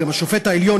גם השופט העליון,